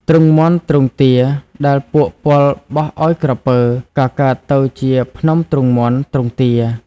ទ្រុងមាន់ ទ្រុងទា ដែលពួកពលបោះឲ្យក្រពើ ក៏កើតទៅជា ភ្នំទ្រុងមាន់ ទ្រុងទា។